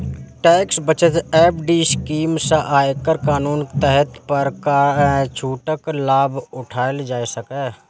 tax बचत FD scheme सं आयकर कानून के तहत कर छूटक लाभ उठाएल जा सकैए